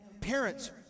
Parents